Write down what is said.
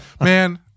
man